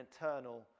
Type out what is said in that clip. eternal